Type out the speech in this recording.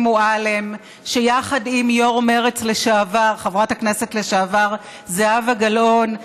מועלם ויו"ר מרצ לשעבר חברת הכנסת לשעבר זהבה גלאון,